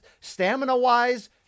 Stamina-wise